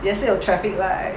也是有 traffic light